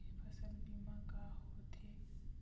फसल बीमा का होथे?